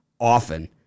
Often